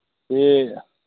ꯑꯦ